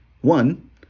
One